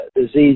disease